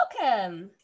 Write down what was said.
welcome